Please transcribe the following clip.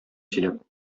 сөйләп